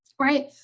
right